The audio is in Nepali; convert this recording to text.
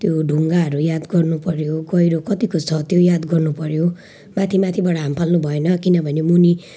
त्यो ढुङ्गाहरू याद गर्नुपर्यो गहिरो कतिको छ त्यो याद गर्नुपर्यो माथि माथिबाट हामफाल्नु भएन किनभने मुनि